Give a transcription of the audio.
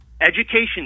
Education